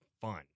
fun